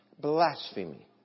blasphemy